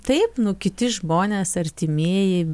taip nu kiti žmonės artimieji